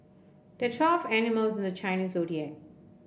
there twelve animals in the Chinese Zodiac